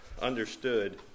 understood